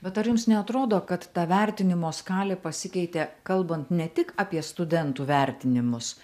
bet ar jums neatrodo kad ta vertinimo skalė pasikeitė kalbant ne tik apie studentų vertinimus